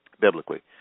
biblically